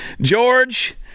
George